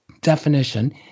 definition